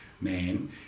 man